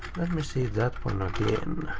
let me see that one again.